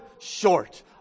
short